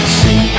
see